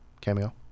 cameo